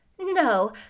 No